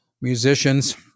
musicians